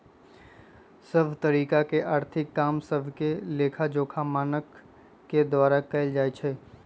सभ तरिका के आर्थिक काम सभके लेखाजोखा मानक के द्वारा कएल जाइ छइ